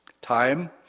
Time